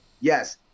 yes